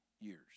years